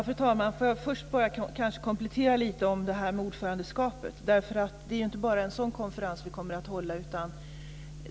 Fru talman! Får jag först komplettera lite om ordförandeskapet. Det är inte bara en sådan konferens vi kommer att hålla.